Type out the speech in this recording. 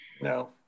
No